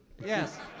Yes